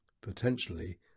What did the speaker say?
potentially